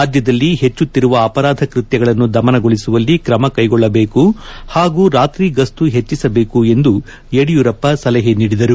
ರಾಜ್ಯದಲ್ಲಿ ಹೆಚ್ಚುತ್ತಿರುವ ಅಪರಾಧ ಕೃತ್ತಗಳನ್ನು ದಮನಗೊಳಿಸುವಲ್ಲಿ ಕ್ರಮಕೈಗೊಳ್ಳಬೇಕು ಹಾಗೂ ರಾತ್ರಿ ಗಸ್ತು ಹೆಚ್ಚಿಸಬೇಕು ಎಂದು ಯಡಿಯೂರಪ್ಪ ಸಲಹೆ ನೀಡಿದರು